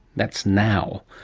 that's now.